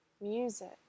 music